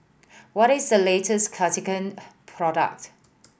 what is the latest Cartigain product